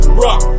rock